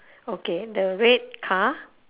okay the red car